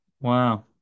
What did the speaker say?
Wow